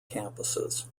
campuses